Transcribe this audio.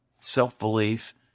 self-belief